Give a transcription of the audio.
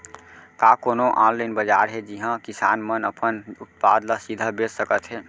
का कोनो अनलाइन बाजार हे जिहा किसान मन अपन उत्पाद ला सीधा बेच सकत हे?